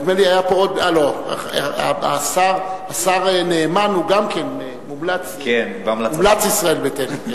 השר נאמן הוא גם כן מומלץ, כן, בהמלצתנו.